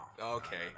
Okay